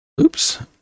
Oops